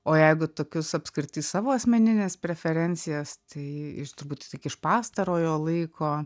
o jeigu tokius apskrity savo asmenines preferencijas tai turbūt tik iš pastarojo laiko